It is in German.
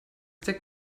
der